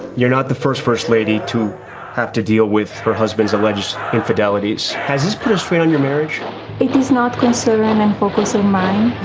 you're not the first first lady to have to deal with. her husband's alleged infidelities has put a strain on your marriage. it is not concern um and focus on mine